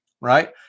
right